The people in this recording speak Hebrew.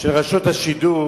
של רשות השידור,